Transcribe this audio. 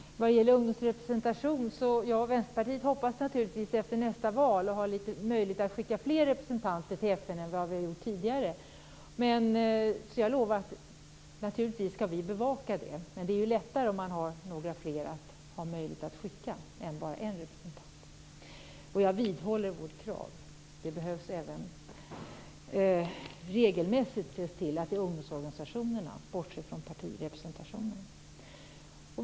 Fru talman! Vad gäller ungdomsrepresentation hoppas naturligtvis jag och Vänsterpartiet att efter nästa val ha möjligheter att skicka fler representanter till FN än vad vi har gjort tidigare. Jag lovar att vi skall bevaka det. Men det är lättare om man har möjlighet att skicka några fler än bara en representant. Jag vidhåller vårt krav. Det behövs regelmässigt ses till att ungdomsorganisationerna är representerade, bortsett från partirepresentationen.